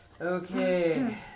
Okay